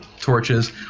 torches